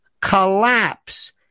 collapse